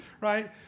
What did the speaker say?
right